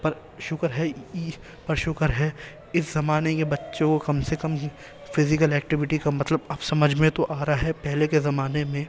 پر شکر ہے پر شکر ہے اس زمانے کے بچوں کو کم سے کم فزیکل ایکٹیویٹی کا مطلب اب سمجھ میں تو آ رہا ہے پہلے کے زمانے میں